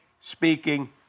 speaking